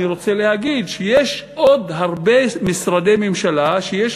אני רוצה להגיד שיש עוד הרבה משרדי ממשלה שיש